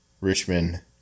Richmond